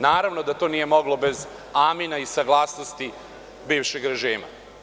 Naravno da to nije moglo bez amina i saglasnosti bivšeg režima.